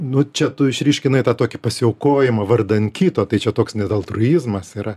nu čia tu išryškinai tą tokį pasiaukojimą vardan kito tai čia toks net altruizmas yra